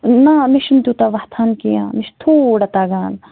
نَہ مےٚ چھُنہٕ تیوٗتاہ وۄتھان کیٚنٛہہ مےٚ چھُ تھوڑا تگان